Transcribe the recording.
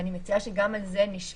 ואני מציעה שגם על זה נשמע.